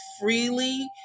freely